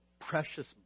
precious